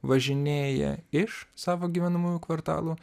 važinėja iš savo gyvenamųjų kvartalų